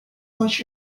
much